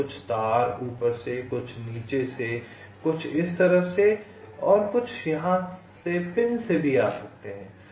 कुछ तार ऊपर से कुछ नीचे से कुछ इस तरफ से और कुछ यहाँ से पिन से भी आ सकते हैं